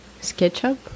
SketchUp